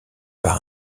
par